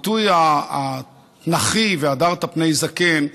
הביטוי התנ"כי "והדרת פני זקן",